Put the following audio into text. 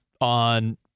on